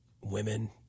Women